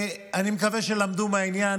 אני מקווה שלמדו מהעניין,